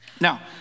Now